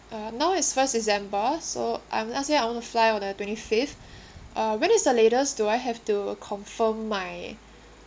uh now it's first december so I will let's say I want to fly on the twenty fifth uh when is the latest do I have to confirm my